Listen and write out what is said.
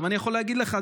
אני יכול להגיד לך,